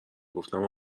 گفتم